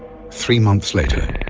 three months later,